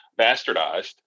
bastardized